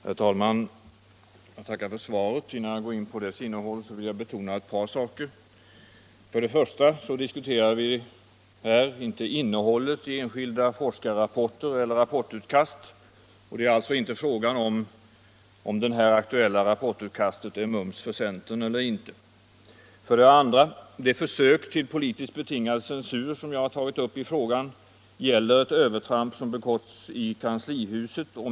Herr talman! Jag tackar för svaret på min fråga. Innan jag går in på svarets innehåll vill jag betona ett par saker. För det första: Vi diskuterar inte här innehållet i enskilda forskarrapporter eller rapportutkast — det är alltså inte fråga om huruvida det här aktuella rapportutkastet är mums för centern eller inte. För det andra: Det försök till ”politisk betingad censur” som jag nämnt i min fråga gäller ett övertramp som begåtts i kanslihuset.